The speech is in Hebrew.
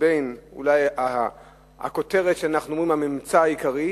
אולי הכותרת שאנחנו אומרים עליה "הממצא העיקרי",